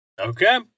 Okay